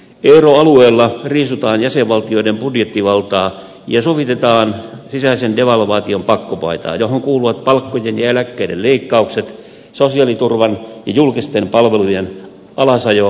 euroalueella riisutaan jäsenvaltioiden budjettivaltaa ja sovitetaan sisäisen devalvaation pakkopaitaa johon kuuluvat palkkojen ja eläkkeiden leikkaukset sosiaaliturvan ja julkisten palvelujen alasajo ja massatyöttömyys